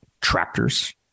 Tractors